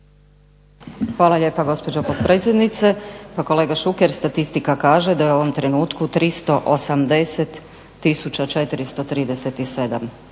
Hvala lijepa gospođo potpredsjednice. Pa kolega Šuker statistika kaže da je u ovom trenutku 380